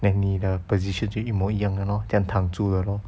then 你的 position 就一样的 lor 这样躺着的 lor